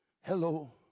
Hello